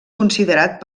considerat